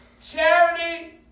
Charity